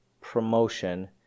promotion